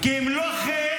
כי אם לא כן,